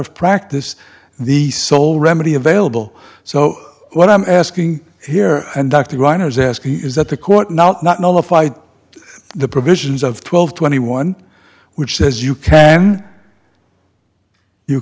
of practice the sole remedy available so what i'm asking here and dr runners ask is that the court not not notified the provisions of twelve twenty one which says you can you